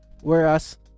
Whereas